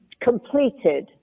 completed